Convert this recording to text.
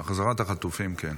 החזרת החטופים, כן.